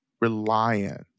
reliant